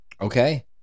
Okay